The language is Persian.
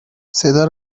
صدا